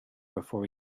before